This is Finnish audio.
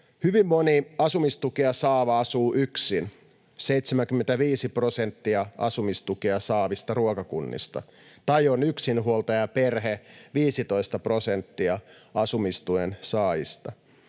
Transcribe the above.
Hyvin moni asumistukea saava asuu yksin, 75 prosenttia asumistukea saavista ruokakunnista, tai on yksinhuoltajaperhe, 15 prosenttia asumistuen saajista.